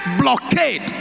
blockade